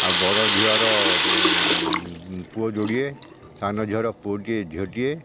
ଆଉ ବଡ଼ ଝିଅର ପୁଅ ଯୋଡ଼ିଏ ସାନ ଝିଅର ପୁଅଟିଏ ଝିଅଟିଏ